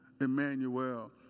Emmanuel